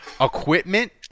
equipment